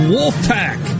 Wolfpack